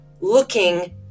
looking